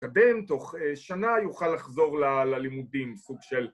מת‫קדם, תוך שנה יוכל לחזור ללימודים, ‫סוג של...